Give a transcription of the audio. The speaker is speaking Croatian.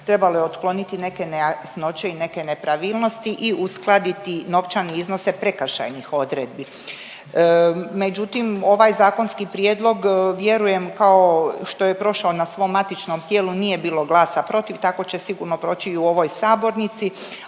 trebalo je otkloniti neke nejasnoće i neke nepravilnosti i uskladiti novčane iznose prekršajnih odredbi. Međutim, ovaj zakonski prijedlog vjerujem kao što je prošao na svom matičnom tijelu, nije bilo glasa protiv, tako će sigurno proći i u ovoj sabornici.